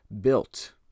built